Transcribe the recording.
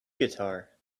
guitar